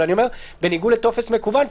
אבל בניגוד לטופס מקוון,